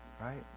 right